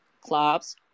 clubs